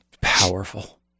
powerful